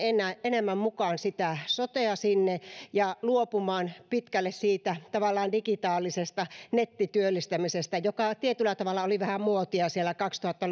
enemmän mukaan sitä sotea sinne ja luopumaan pitkälle tavallaan siitä digitaalisesta nettityöllistämisestä joka tietyllä tavalla oli vähän muotia siellä kaksituhatta